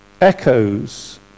echoes